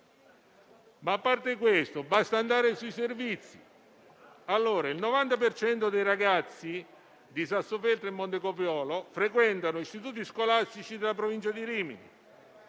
A parte questo, basta andare sui servizi. Il 90 per cento dei ragazzi di Sassofeltrio e Montecopiolo frequentano istituti scolastici della Provincia di Rimini.